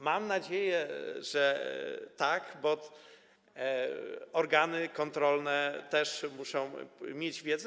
Mam nadzieję, że tak, bo organy kontrolne też muszą mieć wiedzę.